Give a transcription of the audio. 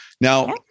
Now